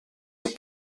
ont